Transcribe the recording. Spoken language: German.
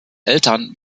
eltern